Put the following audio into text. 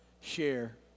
share